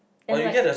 and like